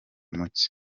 muke